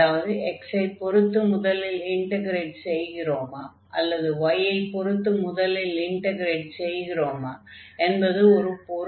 அதாவது x ஐ பொருத்து முதலில் இன்டக்ரேட் செய்கிறோமா அல்லது y ஐ பொருத்து முதலில் இன்டக்ரேட் செய்கிறோமா என்பது ஒரு பொருட்டல்ல